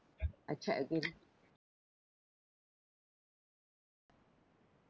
I check again